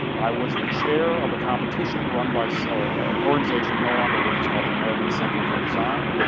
i was the chair of a competition run by so ah an organization no longer with us, called the american center for design,